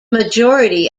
majority